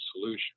solution